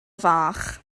fach